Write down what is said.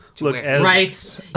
Right